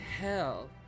hell